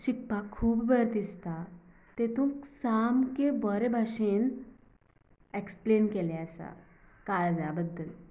शिकपाक खूब बरें दिसता तेतूंत सामकें बरे भाशेन एक्सप्लेन केलें आसा काळजा बद्दल